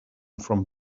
from